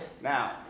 Now